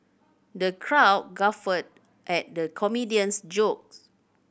the crowd guffawed at the comedian's jokes